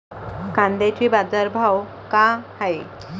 कांद्याचे बाजार भाव का हाये?